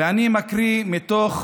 ואני מקריא מתוך